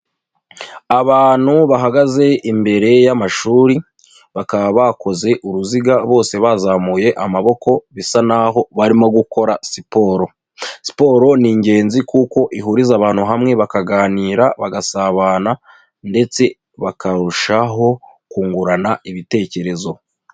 Abantu bahagaze imbere y'amashuri, bakaba bakoze uruziga bose bazamuye amaboko, bisa naho barimo gukora siporo. Siporo ni ingenzi kuko ihuriza abantu hamwe bakaganira bagasabana ndetse bakarushaho kungurana ibitekerezo.